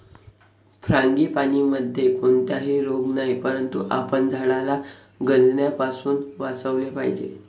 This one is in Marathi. फ्रांगीपानीमध्ये कोणताही रोग नाही, परंतु आपण झाडाला गंजण्यापासून वाचवले पाहिजे